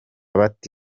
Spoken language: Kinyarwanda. bata